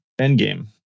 Endgame